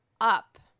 up